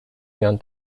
mian